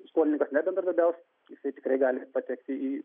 skolininkas nebendradarbiaus jisai tikrai gali patekti į